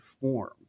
form